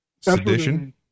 Sedition